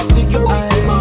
Security